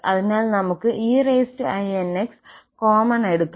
അതിനാൽ നമുക്ക് einx common എടുക്കാം